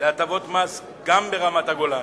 להטבות מס גם ברמת-הגולן.